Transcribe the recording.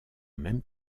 même